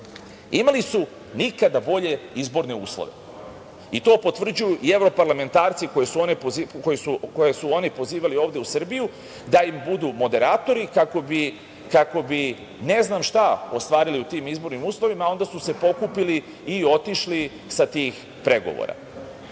Imali su nikada bolje izbore uslove i to potvrđuju i evroparlamentarci koje su oni pozivali ovde u Srbiju da im budu moderatori kako bi ne znam šta ostvarili u tim izbornim uslovima, a onda su se pokupili i otišli sa tih pregovora. Direktno